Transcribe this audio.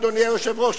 אדוני היושב-ראש,